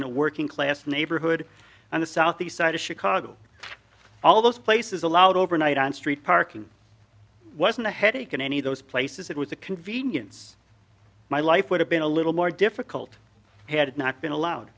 in a working class neighborhood on the southeast side of chicago all those places allowed overnight on street parking wasn't a headache in any of those places it was a convenience my life would have been a little more difficult had not been allowed